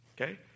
Okay